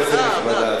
כנסת נכבדה,